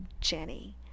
Jenny